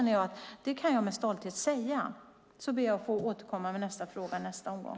Det kan jag med stolthet säga. Jag ber att få återkomma med svar på frågan i nästa omgång.